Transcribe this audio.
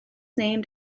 named